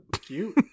cute